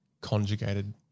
conjugated